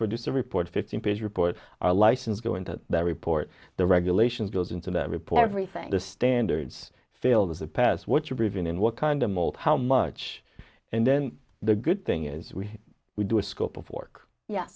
produce a report fifteen page report license go into that report the regulations goes into that report everything the standards field is a pass what you believe in and what kind of mold how much and then the good thing is we do a scope of work yeah